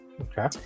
Okay